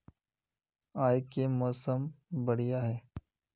आय के मौसम बढ़िया है?